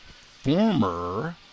former